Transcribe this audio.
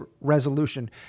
resolution